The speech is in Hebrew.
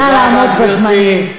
נא לעמוד בזמנים.